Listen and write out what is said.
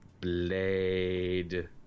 Blade